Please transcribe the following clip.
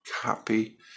Copy